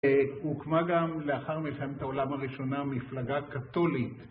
הוקמה גם לאחר מלחמת העולם הראשונה מפלגה קתולית.